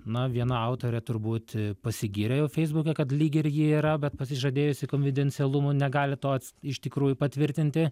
na viena autorė turbūt pasigyrė jau feisbuke kad lyg ir ji yra bet pasižadėjusi konfidencialumu negali to iš tikrųjų patvirtinti